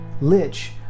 lich